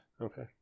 Okay